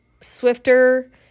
swifter